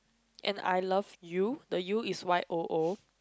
and I love you the you is Y_O_O